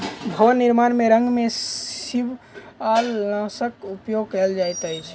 भवन निर्माण में रंग में शिवालनाशक उपयोग कयल जाइत अछि